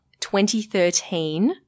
2013